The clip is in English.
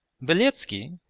beletski,